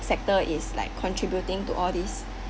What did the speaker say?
sector is like contributing to all these